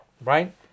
right